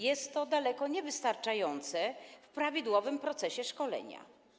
Jest to daleko niewystarczające w prawidłowym procesie szkolenia.